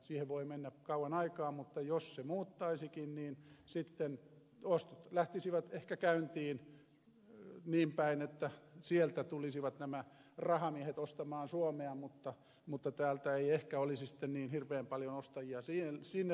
siihen voi mennä kauan aikaa mutta jos se muuttaisikin niin sitten ostot lähtisivät ehkä käyntiin niinpäin että sieltä tulisivat nämä rahamiehet ostamaan suomea mutta täältä ei ehkä olisi sitten niin hirveän paljon ostajia sinnepäin